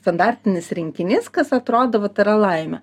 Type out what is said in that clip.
standartinis rinkinys kas atrodo vat tikra laimė